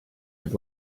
had